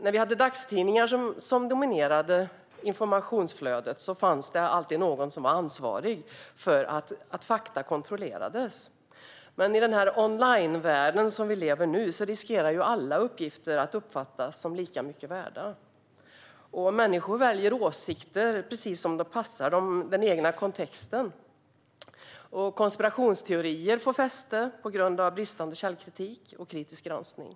När det var dagstidningar som dominerade informationsflödet fanns det alltid någon som var ansvarig för att fakta kontrollerades, men i den onlinevärld vi nu lever i riskerar alla uppgifter att uppfattas som lika mycket värda. Människor väljer åsikter precis som det passar den egna kontexten, och konspirationsteorier får fäste på grund av bristande källkritik och kritisk granskning.